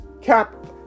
cap